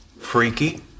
Freaky